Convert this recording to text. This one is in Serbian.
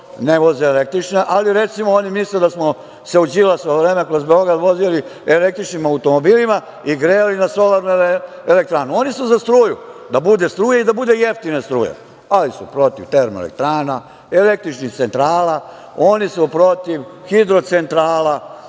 ne voze električne, ali recimo, oni misle da smo se u Đilasovo vreme kroz Beograd vozili električnim automobilima i grejali na solarne elektrane. Oni su za struju, da bude struje i da bude jeftine struje, ali su protiv termoelektrana, električnih centrala, oni su protiv hidrocentrala,